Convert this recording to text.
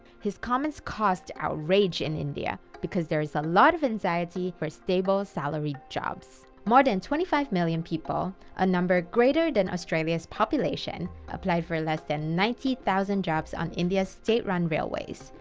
his comments caused outrage in india, because there is a lot of anxiety for stable, salaried jobs. more than twenty five million people, a number greater than australia's population, applied for less than ninety thousand jobs on india's state-run railways.